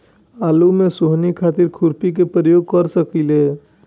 आलू में सोहनी खातिर खुरपी के प्रयोग कर सकीले?